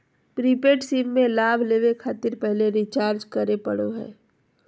prepaid SIM में लाभ लेबे खातिर पहले रिचार्ज करे पड़ो हइ